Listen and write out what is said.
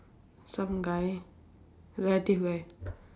some guy relative guy